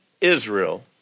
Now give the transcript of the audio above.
Israel